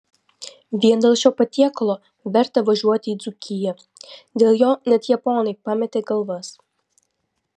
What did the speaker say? vien dėl šio patiekalo verta važiuoti į dzūkiją dėl jo net japonai pametė galvas